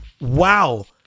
wow